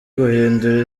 guhindura